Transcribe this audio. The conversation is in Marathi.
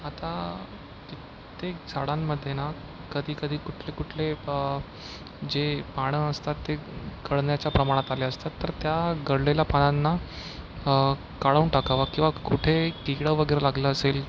आता कित्येक झाडांमध्ये ना कधीकधी कुठलेकुठले जे पानं असतात ते गळण्याच्या प्रमाणात आले असतात तर त्या गळलेल्या पानांना काढून टाकावं किंवा कुठे किडा वगैरे लागलं असेल